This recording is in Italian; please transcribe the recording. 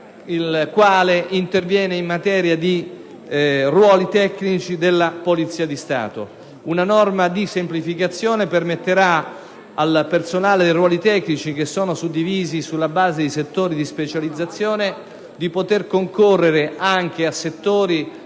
22-*ter* interviene in materia di ruoli tecnici della Polizia di Stato. Una norma di semplificazione permetterà al personale dei ruoli tecnici, che sono suddivisi sulla base dei settori di specializzazione, di concorrere anche a settori